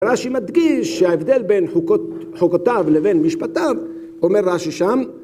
רש"י מדגיש שההבדל בין חוקותיו לבין משפטיו, אומר רש"י שם..